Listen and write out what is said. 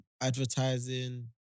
advertising